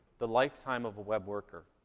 the lifetime of a web worker.